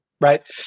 Right